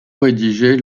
rédigé